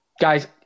Guys